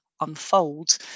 unfold